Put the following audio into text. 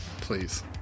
Please